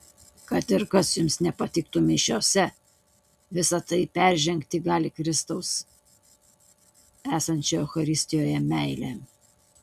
kad ir kas jums nepatiktų mišiose visa tai peržengti gali kristaus esančio eucharistijoje meilė